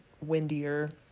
windier